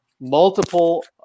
multiple